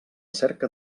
cerca